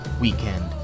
weekend